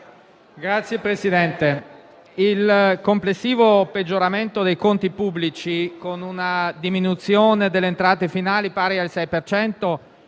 Signor Presidente, il complessivo peggioramento dei conti pubblici, con una diminuzione delle entrate finali pari al 6